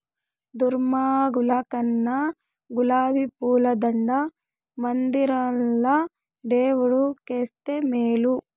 దుర్మార్గుల కన్నా గులాబీ పూల దండ మందిరంల దేవుడు కేస్తే మేలు